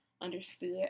understood